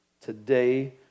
today